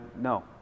no